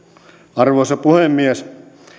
arvoisa puhemies